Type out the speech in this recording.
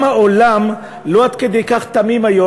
גם העולם לא עד כדי כך תמים היום,